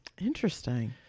Interesting